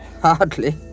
Hardly